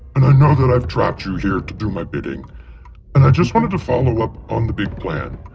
and i know that i've trapped you here to do my bidding. and i just wanted to follow up on the big plan.